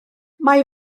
mae